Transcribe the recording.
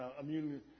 immune